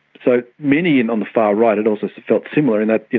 so many and on the far right and also so felt similar in that, you